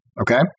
okay